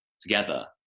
together